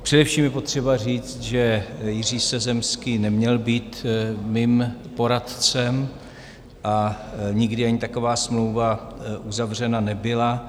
Především je potřeba říct, že Jiří Sezemský neměl být mým poradcem a nikdy ani taková smlouva uzavřena nebyla.